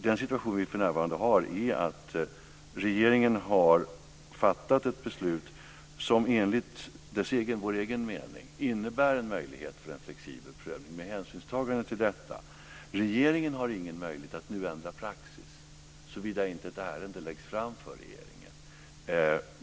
Den situation vi för närvarande har är att regeringen har fattat ett beslut som enligt vår egen mening innebär en möjlighet för en flexibel prövning med hänsynstagande till detta. Regeringen har ingen möjlighet att nu ändra praxis, såvida inte ett ärende läggs fram för regeringen.